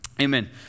amen